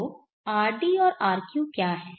तो rd और rq क्या है